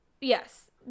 yes